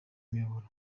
miyoboro